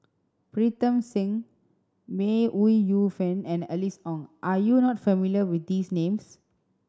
Pritam Singh May Ooi Yu Fen and Alice Ong are you not familiar with these names